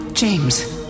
James